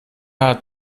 hat